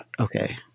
okay